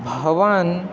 भवान्